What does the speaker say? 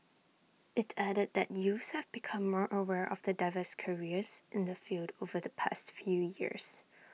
IT added that youths have become more aware of the diverse careers in the field over the past few years